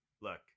Look